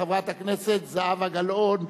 חברת הכנסת זהבה גלאון.